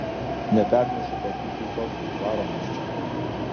nepernešu tokių tūsofkių varom iš čia